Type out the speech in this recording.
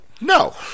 No